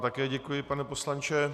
Také vám děkuji, pane poslanče.